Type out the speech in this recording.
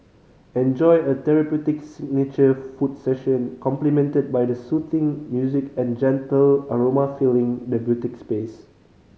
enjoy a therapeutic signature foot session complimented by the soothing music and gentle aroma filling the boutique space